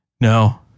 No